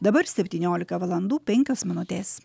dabar septyniolika valandų penkios minutės